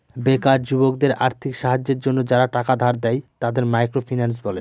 বেকার যুবকদের আর্থিক সাহায্যের জন্য যারা টাকা ধার দেয়, তাদের মাইক্রো ফিন্যান্স বলে